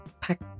pack